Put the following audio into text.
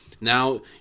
Now